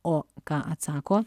o ką atsako